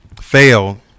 fail